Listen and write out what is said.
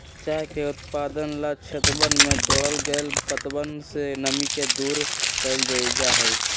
चाय के उत्पादन ला क्षेत्रवन से तोड़ल गैल पत्तवन से नमी के दूर कइल जाहई